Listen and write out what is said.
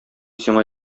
сиңа